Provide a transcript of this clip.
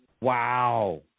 Wow